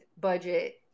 budget